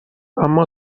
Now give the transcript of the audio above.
اما